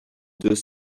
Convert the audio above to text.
deux